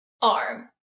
arm